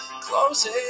Closing